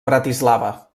bratislava